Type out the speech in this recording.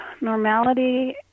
Normality